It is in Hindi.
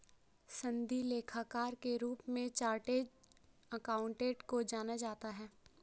सनदी लेखाकार के रूप में चार्टेड अकाउंटेंट को जाना जाता है